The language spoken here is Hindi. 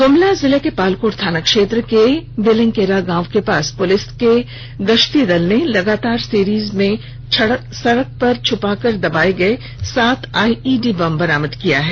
गुमला जिले के पालकोट थाना क्षेत्र के विलिंगवीरा गांव के पास पुलिस के गश्ती दल ने लगातार सीरीज में सड़क पर छुपा कर दबाए गए सात आईईडी बम बरामद किया है